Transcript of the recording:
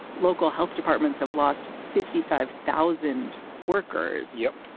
local health departments have lost fifty five thousand workers. yep.